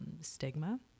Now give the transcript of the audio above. stigma